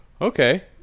Okay